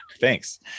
Thanks